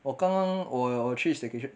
我刚刚我有我去 staycation